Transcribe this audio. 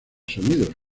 sonidos